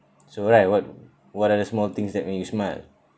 so right what what are the small things that make you smile